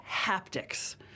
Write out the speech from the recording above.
haptics